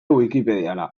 wikipediara